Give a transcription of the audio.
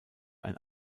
ein